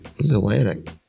Atlantic